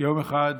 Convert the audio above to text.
ויום אחד,